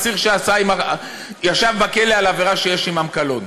אסיר שישב בכלא על עבירה שיש עמה קלון.